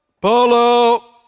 Polo